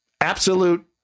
Absolute